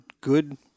good